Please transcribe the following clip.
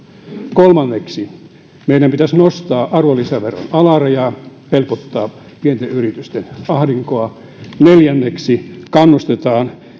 kolmanneksi meidän pitäisi nostaa arvonlisäveron alarajaa helpottaa pienten yritysten ahdinkoa neljänneksi kannustetaan